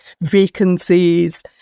vacancies